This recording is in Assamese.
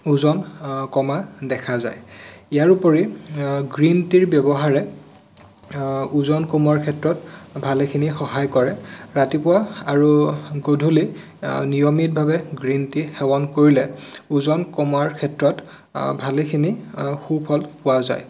ওজন কমা দেখা যায় ইয়াৰোপৰি গ্ৰীণ টিৰ ব্যৱহাৰে ওজন কমোৱাৰ ক্ষেত্ৰত ভালেখিনি সহায় কৰে ৰাতিপুৱা আৰু গধূলি নিয়মিতভাৱে গ্ৰীণ টি সেৱন কৰিলে ওজন কমাৰ ক্ষেত্ৰত ভালেখিনি সুফল পোৱা যায়